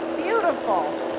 beautiful